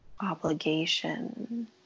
obligation